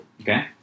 Okay